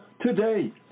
today